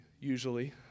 usually